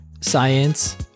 science